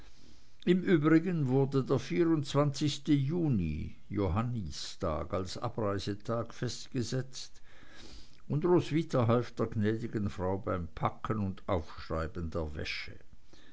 im übrigen wurde der juni johannistag als abreisetag festgesetzt und roswitha half der gnädigen frau beim packen und aufschreiben der wäsche